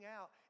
out